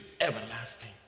everlasting